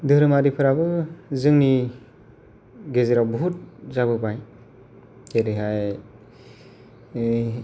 धोरोमारिफ्राबो जोंनि गेजेराव बहुत जाबोबाय गोदोहाय है